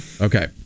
Okay